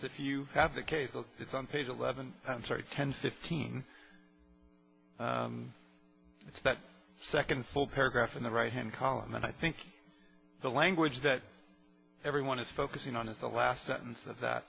if you have the case it's on page eleven i'm sorry ten fifteen it's that second full paragraph in the right hand column and i think the language that everyone is focusing on is the last sentence of that